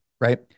Right